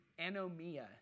anomia